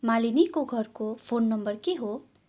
मालिनीको घरको फोन नम्बर के हो